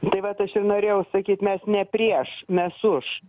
tai vat aš ir norėjau sakyt mes ne prieš mes už